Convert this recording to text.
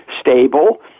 stable